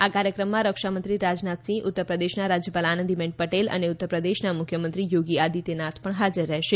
આ કાર્યક્રમમાં રક્ષામંત્રી રાજનાથ સિંહ ઉત્તર પ્રદેશના રાજયપાલ આનંદીબેન પટેલ અને ઉત્તર પ્રદેશના મુખ્યમંત્રી યોગી આદિત્યનાથ પણ હાજર રહેશે